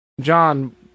John